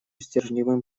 стержневым